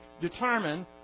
determine